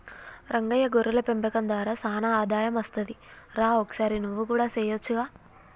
రంగయ్య గొర్రెల పెంపకం దార సానా ఆదాయం అస్తది రా ఒకసారి నువ్వు కూడా సెయొచ్చుగా